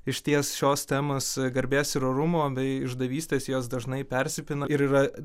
išties šios temos garbės ir orumo bei išdavystės jos dažnai persipina ir yra